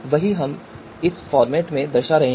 वही बात अब हम इस फॉर्मेट में दर्शा रहे हैं